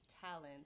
talent